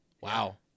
Wow